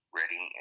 ready